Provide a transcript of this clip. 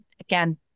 again